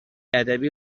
ادبی